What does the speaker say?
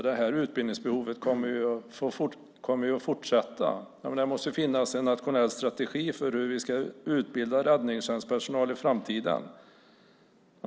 Det här utbildningsbehovet kommer att fortsätta att finnas. Det måste finnas en nationell strategi för hur vi ska utbilda räddningstjänstpersonal i framtiden.